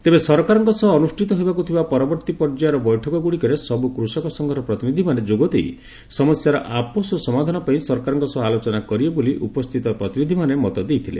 ତେବେ ସରକାରଙ୍କ ସହ ଅନୁଷ୍ଠିତ ହେବାକୁ ଥିବା ପରବର୍ତୀ ପର୍ଯ୍ୟାୟର ବୈଠକଗୁଡିକରେ ସବୁ କୃଷକ ସଂଘର ପ୍ରତିନିଧିମାନେ ଯୋଗଦେଇ ସମସ୍ୟାର ଆପୋଷ ସମାଧାନ ପାଇଁ ସରକାରଙ୍କ ସହ ଆଲୋଚନା କରିବେ ବୋଲି ଉପସ୍ଥିତ ପ୍ରତିନିଧିମାନେ ମତ ଦେଇଥିଲେ